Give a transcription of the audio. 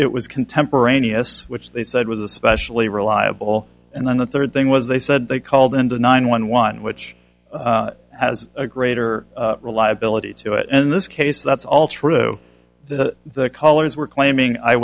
it was contemporaneous which they said was especially reliable and then the third thing was they said they called in the nine one one which has a greater reliability to it and in this case that's all true the the callers were claiming